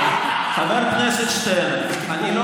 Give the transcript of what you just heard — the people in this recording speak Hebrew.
קצת, חבר הכנסת שטרן, אני לא